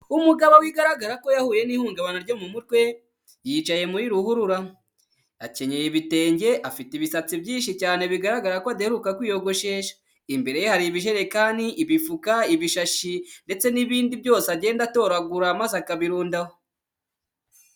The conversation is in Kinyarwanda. Umugabo bigaragara ko yahuye n'ihungabana ryo mu mutwe, yicaye muri ruhurura akenyeye ibitenge afite ibisatsi byinshi cyane bigaragara ko adaheruka kwiyogoshesha. Imbere ye hari ibijerekani, ibifuka ibishashi ndetse n'ibindi byose agenda atoragura maze akabirundaho.